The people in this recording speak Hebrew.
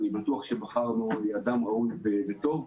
אני בטוח שבחרנו אדם ראוי וטוב.